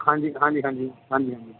ਹਾਂਜੀ ਹਾਂਜੀ ਹਾਂਜੀ ਹਾਂਜੀ ਹਾਂਜੀ